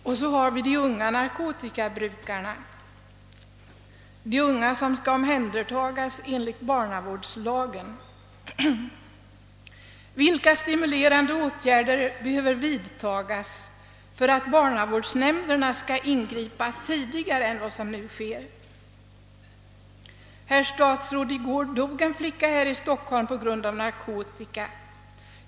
Och så har vi de unga narkotikabrukarna — de unga som skall omhändertagas enligt barnavårdslagen. Vilka stimulerande åtgärder behöver vidtagas för att barnavårdsnämnderna skall ingripa tidigare än vad som nu sker? Herr statsråd! I går dog en flicka här i Stockholm på grund av narkotikabruk.